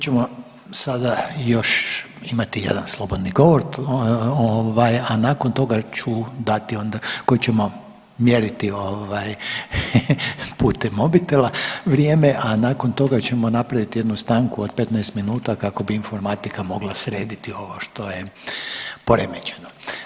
Mi ćemo sada još imati jedan slobodan govor ovaj, a nakon toga ću dati onda, koji ćemo mjeriti ovaj putem mobitela vrijeme, a nakon toga ćemo napraviti jednu stanku od 15 minuta kako bi informatika mogla srediti ovo što je poremećeno.